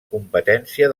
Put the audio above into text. competència